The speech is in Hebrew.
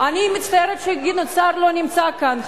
אני מצטערת שגדעון סער לא נמצא כאן,